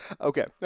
okay